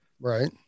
Right